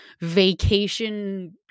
vacation